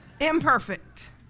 Imperfect